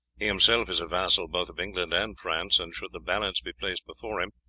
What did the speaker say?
he himself is a vassal both of england and france, and should the balance be placed before him,